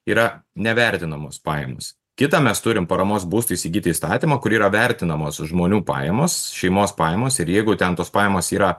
yra nevertinamos pajamos kita mes turim paramos būstui įsigyti įstatymą kur yra vertinamos žmonių pajamos šeimos pajamos ir jeigu ten tos pajamos yra